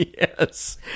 Yes